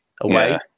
away